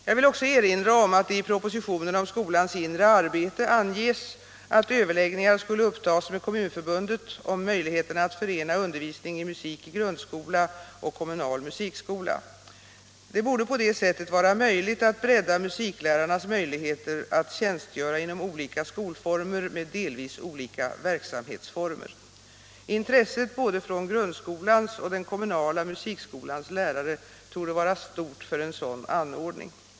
Jag vill också erinra om att det i propositionen om skolans inre arbete anges att överläggningar skulle upptas med Kommunförbundet om möjligheterna att förena undervisning i musik i grundskola och kommunal musikskola. Det borde på det sättet vara möjligt att bredda musiklärarnas möjligheter att tjänstgöra inom olika skolformer med delvis olika verksamhetsformer. Intresset från både grundskolans och den kommunala musikskolans lärare torde vara stort för en sådan anordning.